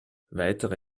weitere